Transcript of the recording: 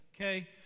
Okay